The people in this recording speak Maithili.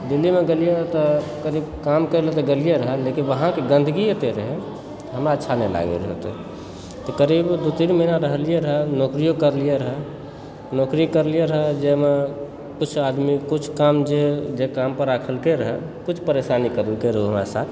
दिल्लीमे गेलियै रह तऽ काम करय लऽ तऽ गेलियै रहऽ लेकिन वहांँके गन्दगी एतए रहय हमरा अच्छा नहि लागैत रहय ओतए करीब दू तीन महीना रहलियै रहऽ नौकरियों करलियै रहऽ नौकरिओ करलियै रहऽ जाहिमे किछु आदमी किछु काम जे काम पर राखलकै रहऽ किछु परेशानीकऽ देलकै रहऽ हमरा साथ